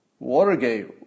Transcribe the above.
Watergate